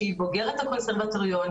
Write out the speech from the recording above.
שהיא בוגרת הקונסרבטוריון,